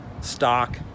stock